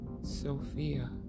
Sophia